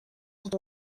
sont